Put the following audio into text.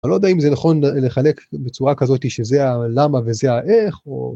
לא יודע אם זה נכון לחלק בצורה כזאת שזה הלמה וזה האיך או.